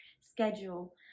schedule